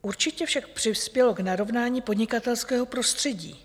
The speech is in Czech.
Určitě však přispělo k narovnání podnikatelského prostředí.